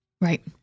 Right